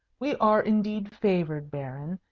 we are indeed favoured, baron,